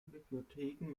bibliotheken